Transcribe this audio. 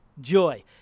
joy